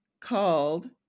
called